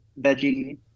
veggie